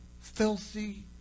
filthy